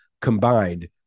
combined